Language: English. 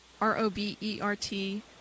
r-o-b-e-r-t